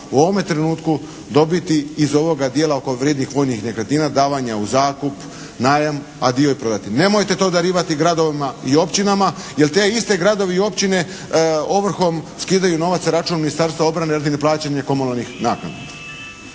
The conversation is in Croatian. u ovome trenutku dobiti iz ovoga dijela oko vrijednih vojnih nekretnina, davanja u zakup, najam, a dio i prodati. Nemojte to darivati gradovima i općinama, jer ti isti gradovi i općine ovrhom skidaju novac sa račun Ministarstva obrane radi neplaćanja komunalnih naknada.